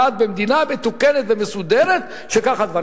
שלא יעלה על הדעת במדינה מתוקנת ומסודרת שכך הם מתנהלים.